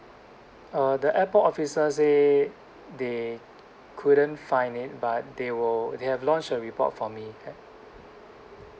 err the airport officer say they couldn't find it but they will they have launched a report for me ya